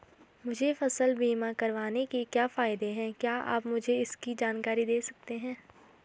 मुझे फसल बीमा करवाने के क्या फायदे हैं क्या आप मुझे इसकी जानकारी दें सकते हैं?